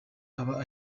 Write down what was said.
aba